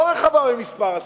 לא רחבה ממספר השרים,